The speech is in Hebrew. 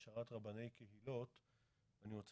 משרד החינוך אבנר הרמתי יו"ר המרכז